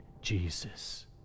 Jesus